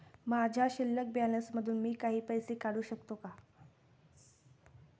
माझ्या शिल्लक बॅलन्स मधून मी काही पैसे काढू शकतो का?